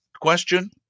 question